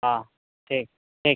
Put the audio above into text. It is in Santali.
ᱦᱮᱸ ᱴᱷᱤᱠ ᱴᱷᱤᱠ